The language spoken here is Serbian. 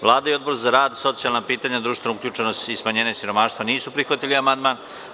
Vlada i Odbor za rad, socijalna pitanja, društvenu uključenost i smanjenje siromaštva nisu prihvatili ovaj amandman.